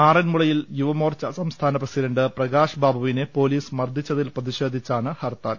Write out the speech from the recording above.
ആറൻമുളയിൽ യുവമോർച്ച സംസ്ഥാന പ്രസിഡന്റ് പ്രകാശ് ബാബുവിനെ പോലീസ് മർദിച്ചതിൽ പ്രതി ഷേധിച്ചാണ് ഹർത്താൽ